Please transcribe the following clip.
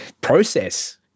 process